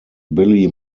billy